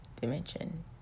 dimension